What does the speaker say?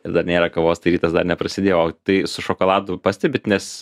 ir dar nėra kavos tai rytas dar neprasidėjo o tai su šokoladu pastebit nes